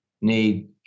need